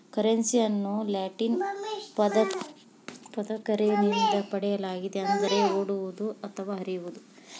ಕರೆನ್ಸಿಯನ್ನು ಲ್ಯಾಟಿನ್ ಪದ ಕರ್ರೆರೆ ನಿಂದ ಪಡೆಯಲಾಗಿದೆ ಅಂದರೆ ಓಡುವುದು ಅಥವಾ ಹರಿಯುವುದು